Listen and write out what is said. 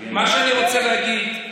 מה שאני רוצה להגיד זה